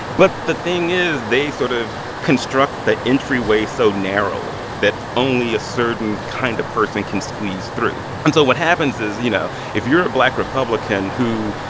but the thing is they sort of construct the entryway so narrowly that only a certain kind of person can squeeze through. and so what happens is, you know, if you're a black republican who,